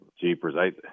Jeepers